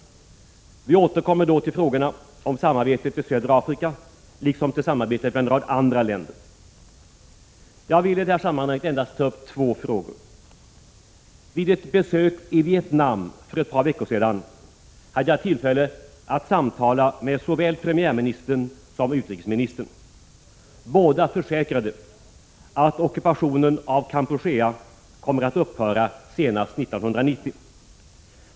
Vi återkommer då till frågan om samarbetet med södra Afrika liksom till samarbetet med en rad andra länder. Jag vill i det sammanhanget endast ta upp två frågor. Vid ett besök i Vietnam för ett par veckor sedan hade jag tillfälle att samtala med såväl premiärministern som utrikesministern. Båda försäkrade att ockupationen av Kampuchea kommer att upphöra senast 1990.